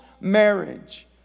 marriage